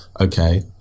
okay